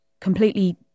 completely